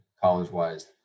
college-wise